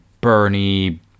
Bernie